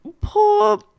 poor